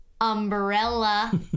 umbrella